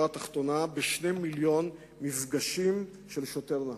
התחתונה ב-2 מיליוני מפגשים של שוטר-נהג.